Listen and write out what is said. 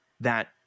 that-